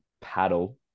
paddle